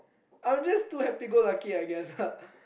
I'm just too happy go lucky I guess ah